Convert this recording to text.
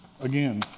Again